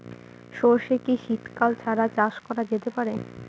সর্ষে কি শীত কাল ছাড়া চাষ করা যেতে পারে?